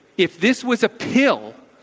if this was a pill,